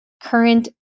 current